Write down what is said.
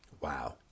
Wow